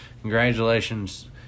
congratulations